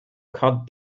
cut